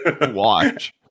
watch